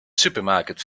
supermarket